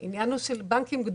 אבל אני שואל על כלל הגופים שנכנסים